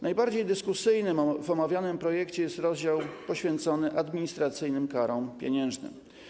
Najbardziej dyskusyjny w omawianym projekcie jest rozdział poświęcony administracyjnym karom pieniężnym.